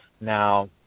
Now